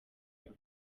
y’u